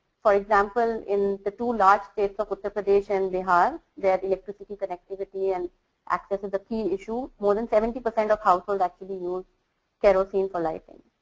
for example in the two large state uttar pradesh and bihar, their electricity connectivity and access of the keen issue more than seventy percent of household that to be used kerosene for lighting.